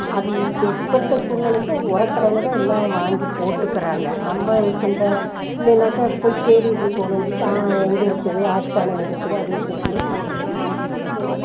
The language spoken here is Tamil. அது இப்போ இப்போத்த சூழ்நிலைக்கு அது உரக்கடையில தான் எல்லாம் வாங்கி போட்டுக்கிறாங்க நம்ம இப்போ இந்த இல்லைன்னாக்க போய் தேடிட்டுருக்கோணும் இந்த சா எங்கே இருக்குது ஆட்டு சாணம் எங்கே இருக்குது அது எங்கே இருக்குதுனு போடுறக்கு தேடிட்டுருப்போம்